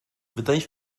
wydajesz